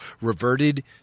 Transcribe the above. reverted